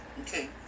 Okay